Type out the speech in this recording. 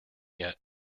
yet